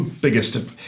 biggest